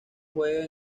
juega